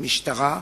המשטרה,